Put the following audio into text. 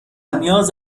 نیاز